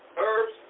herbs